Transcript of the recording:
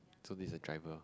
so this is the driver